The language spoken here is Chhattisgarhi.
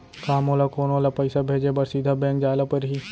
का मोला कोनो ल पइसा भेजे बर सीधा बैंक जाय ला परही?